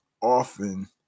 often